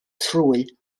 trwy